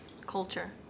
culture